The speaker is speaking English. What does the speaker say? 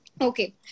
Okay